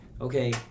okay